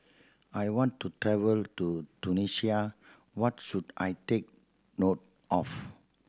I want to travel to Tunisia what should I take note of